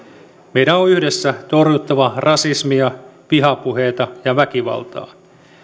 meidän on yhdessä torjuttava rasismia vihapuheita ja väkivaltaa